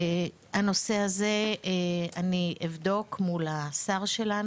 הנושא הזה אני אבדוק מול השר שלנו.